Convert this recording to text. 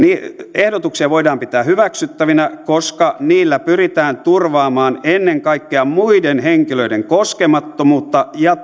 ehdotuksia voidaan pitää hyväksyttävinä koska niillä pyritään turvaamaan ennen kaikkea muiden henkilöiden koskemattomuutta ja